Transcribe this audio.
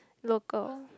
local